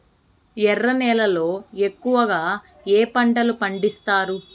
ఎర్ర నేలల్లో ఎక్కువగా ఏ పంటలు పండిస్తారు